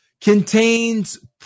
Contains